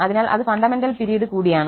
അതിനാൽ അത് fundamental period കൂടിയാണ്